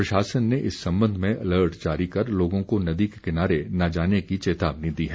प्रशासन ने इस संबंध में अलर्ट जारी कर लोगों को नदी के किनारे न जाने की चेतावनी दी है